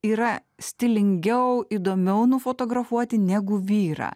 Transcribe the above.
yra stilingiau įdomiau nufotografuoti negu vyrą